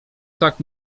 tak